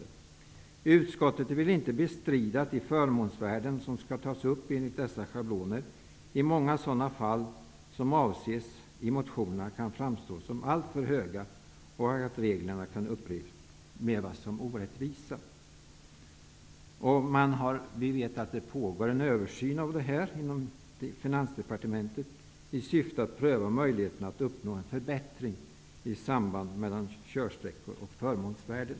Utskottet vill inte bestrida att de förmånsvärden som skall tas upp enligt dessa schabloner i många sådana fall som avses i motionerna kan framstå som alltför höga och att reglerna kan upplevas som orättvisa. Vi vet att det pågår en översyn av detta inom Finansdepartementet i syfte att pröva möjligheterna att uppnå en förbättring av sambandet körsträckor--förmånsvärden.